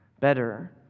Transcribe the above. better